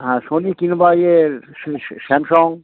হ্যাঁ সোনি কিংবা ইয়ের স্যামসং